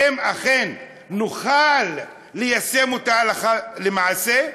האם אכן נוכל ליישם אותה הלכה למעשה?